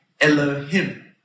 Elohim